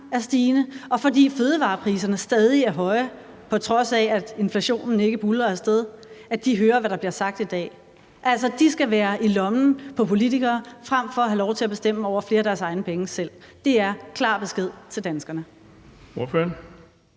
er stigende, og fordi fødevarepriserne stadig er høje, på trods af at inflationen ikke buldrer af sted, hører, hvad der bliver sagt i dag. Altså, de skal være i lommen på politikerne frem for at have lov til at bestemme over flere af deres egne penge selv. Det er klar besked til danskerne.